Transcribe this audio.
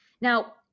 Now